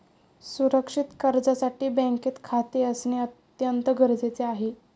सुरक्षित कर्जासाठी बँकेत खाते असणे अत्यंत गरजेचे आहे